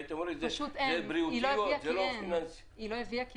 היית אומרת -- היא לא הביאה,